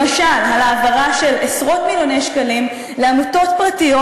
למשל על העברה של עשרות מיליוני שקלים לעמותות פרטיות